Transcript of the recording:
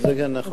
זה גם נכון.